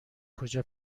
کجا